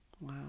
Wow